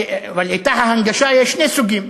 ואל-עטאאה, הנגשה, יש שני סוגים: